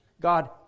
God